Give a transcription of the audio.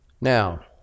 Now